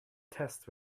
test